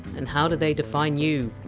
and how do they define you?